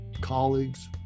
colleagues